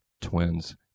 twins